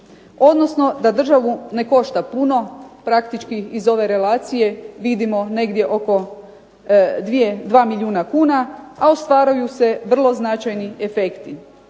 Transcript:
odnosno da državu ne košta puno. Praktički iz ove relacije vidimo negdje oko 2 milijuna kuna, a ostvaruju se vrlo značajni efekti.